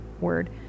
word